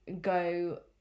go